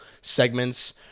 segments